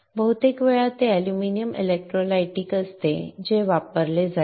बहुतेक वेळा ते अॅल्युमिनियम इलेक्ट्रोलाइटिक असते जे वापरले जाईल